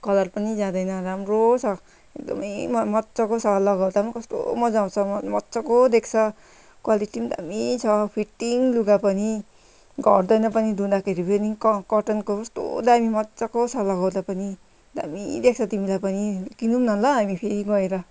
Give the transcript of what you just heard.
colour पनि जाँदैन राम्रो छ एकदमै मजाको छ लगाउँदा पनि कस्तो मजा आउँछ मजाको देख्छ क्वालिटी पनि दामी छ फिट्टिङ लुगा पनि घट्दैन पनि धुँदाखेरि पनि कटनको कस्तो दामी मजाको छ लगाउँदा पनि दामी देख्छ तिमीलाई पनि किनौ न ल हामी फेरि गएर